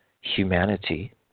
humanity